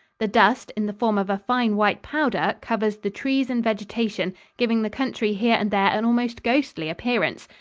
the dust, in the form of a fine white powder, covers the trees and vegetation, giving the country here and there an almost ghostly appearance.